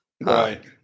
Right